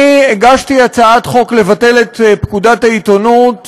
אני הגשתי הצעת חוק לבטל את פקודת העיתונות